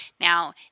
Now